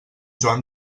joan